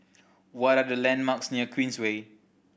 what are the landmarks near Queensway